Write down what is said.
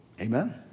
Amen